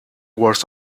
words